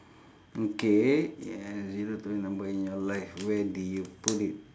okay a zero to a number in your life where do you put it